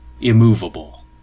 immovable